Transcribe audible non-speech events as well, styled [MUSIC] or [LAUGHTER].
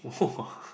[wah] [LAUGHS]